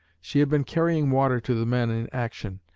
she had been carrying water to the men in action.